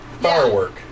firework